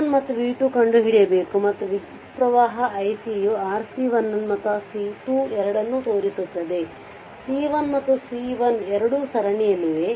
V1 ಮತ್ತು v2 ಕಂಡುಹಿಡಿಯಬೇಕು ಮತ್ತು ವಿದ್ಯುತ್ಪ್ರವಾಹ iC ಯು RC1 ಮತ್ತು C2 ಎರಡನ್ನೂ ತೋರಿಸುತ್ತಿದೆ C1 ಮತ್ತು C1ಎರಡೂ ಸರಣಿಯಲ್ಲಿವೆ